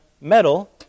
metal